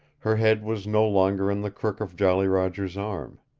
her head was no longer in the crook of jolly roger's arm.